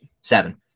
Seven